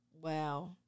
wow